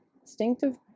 instinctive